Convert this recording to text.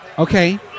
Okay